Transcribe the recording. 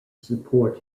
support